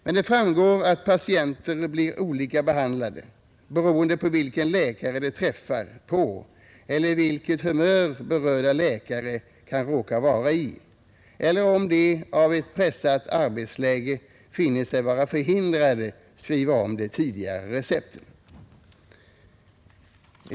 Men det framgår att patienter blir olika behandlade, beroende på vilken läkare de träffar eller på vilket humör berörda läkare kan råka vara eller om de av ett pressat arbetsläge finner sig vara förhindrade att skriva om de tidigare recepten.